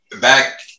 back –